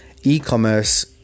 e-commerce